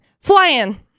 flying